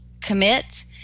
commit